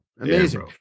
Amazing